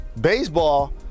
baseball